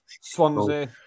Swansea